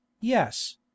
yes